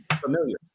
familiar